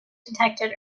detected